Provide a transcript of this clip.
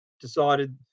decided